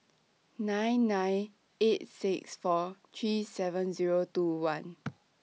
nine nine eight six four three seven Zero two one